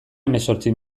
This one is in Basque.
hemezortzi